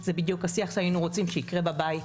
זה בדיוק השיח שהיינו רוצים שיקרה בבית,